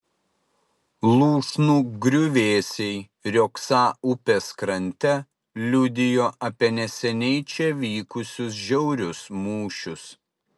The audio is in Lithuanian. lūšnų griuvėsiai riogsą upės krante liudijo apie neseniai čia vykusius žiaurius mūšius